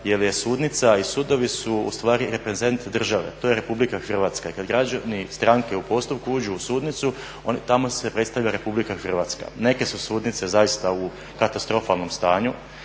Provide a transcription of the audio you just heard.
jel je sudnica i sudovi su ustvari reprezent države, to je Republika Hrvatska. I kad građani stranke u postupku uđu u sudnicu tamo se predstavlja Republika Hrvatska. Neke su sudnice zaista u katastrofalnom stanju